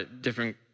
different